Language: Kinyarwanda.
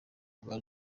bwa